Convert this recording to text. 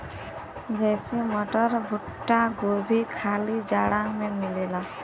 जइसे मटर, भुट्टा, गोभी खाली जाड़ा मे मिलला